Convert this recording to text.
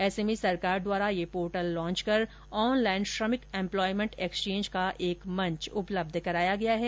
ऐसे में सरकार द्वारा यह पोर्टल लॉच कर ऑनलाईन श्रमिक एम्प्लायमेंट एक्सेचेंज का एक मंच उपलब्ध कराया गया है